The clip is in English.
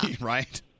right